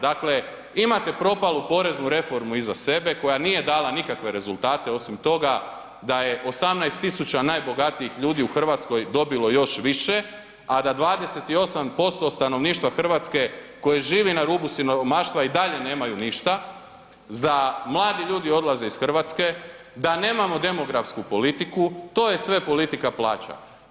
Dakle imate propalu poreznu reformu iza sebe koja nije dala nikakve rezultate osim toga da je 18 000 najbogatijih ljudi u Hrvatskoj dobilo još više a da 28% stanovništva Hrvatske koje živi na rubu siromaštva i dalje nemaju ništa, da mladi ljudi odlaze iz Hrvatske, da nemamo demografsku politiku, to je sve politika plaća.